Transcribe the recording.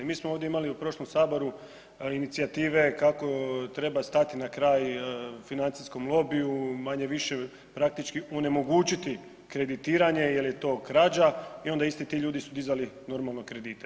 Mi smo ovdje imali u prošlom Saboru inicijative kako treba stati na kraj na kraj financijskom lobiju, manje-više praktički onemogućiti kreditiranje jer je to krađa i onda isti ti ljudi su dizali normalno, kredite.